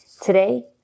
Today